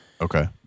Okay